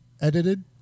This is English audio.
edited